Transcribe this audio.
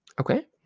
Okay